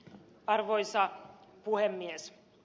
arvoisa puhemies